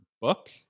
book